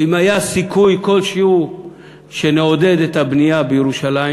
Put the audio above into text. ואם היה סיכוי כלשהו שנעודד את הבנייה בירושלים